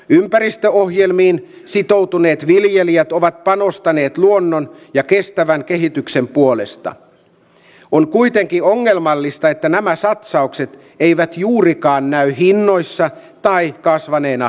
ympäristöohjelmiin sitoutuneet viljelijät ovat panostaneet luonnon ja kestävän kehityksen ilmari nurmisen kannattamana ehdottanut että nämä satsaukset eivät juurikaan näy hinnoissa tai kasvaneena